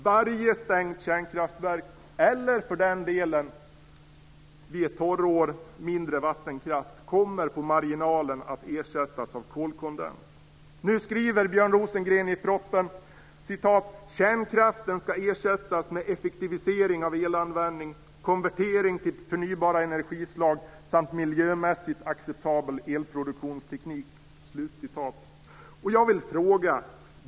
Varje stängt kärnkraftverk, eller för den delen mindre vattenkraft vid ett torrår, kommer på marginalen att ersättas med kolkondens. Nu skriver Björn "Kärnkraften ska ersättas med effektivisering av elanvändningen, konvertering till förnybara energislag samt miljömässigt acceptabel elproduktionsteknik." Jag vill ställa en fråga.